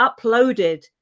uploaded